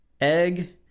egg